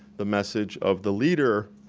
the message of the leader,